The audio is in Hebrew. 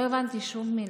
לא הבנתי שום מילה,